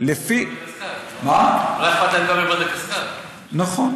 לא היה אכפת להם גם, נכון.